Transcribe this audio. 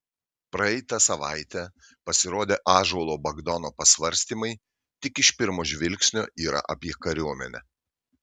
praeitą savaitę pasirodę ąžuolo bagdono pasvarstymai tik iš pirmo žvilgsnio yra apie kariuomenę